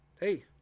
Hey